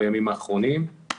בימים האחרונים,